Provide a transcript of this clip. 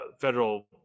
Federal